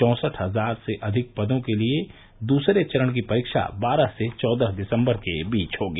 चौसठ हजार से अधिक पदों के लिए दूसरे चरण की परीक्षा बारह से चौदह दिसंबर के बीच होगी